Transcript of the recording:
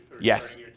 Yes